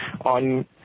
on